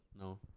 No